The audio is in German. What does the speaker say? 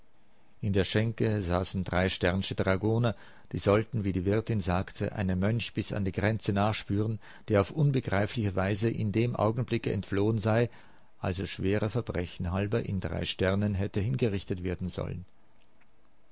in der schenke saßen sche dragoner die sollten wie die wirtin sagte einem mönch bis an die grenze nachspüren der auf unbegreifliche weise in dem augenblicke entflohen sei als er schwerer verbrechen halber in hätte hingerichtet werden sollen